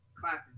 clapping